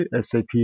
SAP